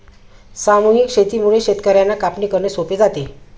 सामूहिक शेतीमुळे शेतकर्यांना कापणी करणे सोपे जाते